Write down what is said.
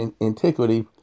antiquity